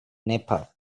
nepal